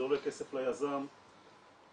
זה עולה כסף ליזם, אוקיי.